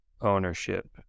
ownership